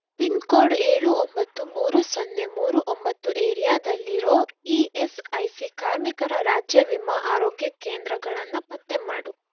pin code ಏಳು ಒಂಬತ್ತು ಮೂರು ಸೊನ್ನೆ ಮೂರು ಒಂಬತ್ತು ಏರಿಯಾದಲ್ಲಿರೋ ಇ ಎಸ್ ಐ ಸಿ ಕಾರ್ಮಿಕರ ರಾಜ್ಯ ವಿಮಾ ಆರೋಗ್ಯ ಕೇಂದ್ರಗಳನ್ನು ಪತ್ತೆ ಮಾಡು